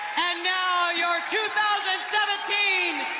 and now your two thousand and seventeen